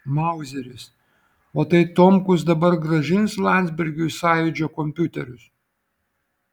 mauzeris o tai tomkus dabar grąžins landsbergiui sąjūdžio kompiuterius